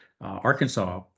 Arkansas